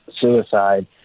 suicide